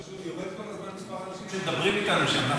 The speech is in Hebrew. פשוט יורד כל הזמן מספר האנשים שמדברים אתנו שם,